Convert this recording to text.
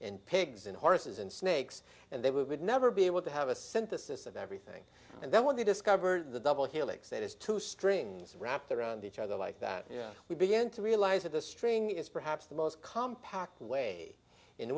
and pigs and horses and snakes and they would never be able to have a synthesis of everything and then when they discovered the double helix that is two strings wrapped around each other like that we began to realize that the string is perhaps the most compact way in